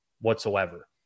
whatsoever